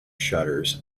shutters